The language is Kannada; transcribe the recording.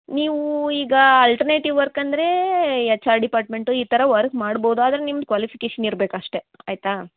ನೀವು ಈಗ ಅಲ್ಟ್ರ್ನೇಟಿವ್ ವರ್ಕ್ ಅಂದರೆ ಎಚ್ ಆರ್ ಡಿಪಾರ್ಟ್ಮೆಂಟು ಈ ಥರ ವರ್ಕ್ ಮಾಡ್ಬೋದು ಆದರೆ ನಿಮ್ದು ಕ್ವಾಲಿಫಿಕೇಷನ್ ಇರ್ಬೇಕು ಅಷ್ಟೆ ಆಯಿತಾ